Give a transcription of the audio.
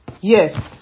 Yes